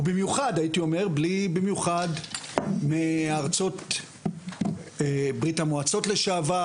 ובמיוחד הייתי אומר מארצות ברית המועצות לשעבר,